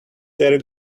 their